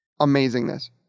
amazingness